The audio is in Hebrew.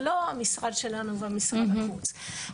ולא המשרד שלנו ומשרד החוץ,